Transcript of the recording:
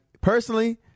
personally